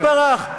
עורבא פרח.